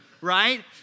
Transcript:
right